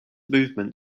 movement